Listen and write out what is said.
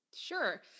Sure